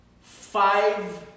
five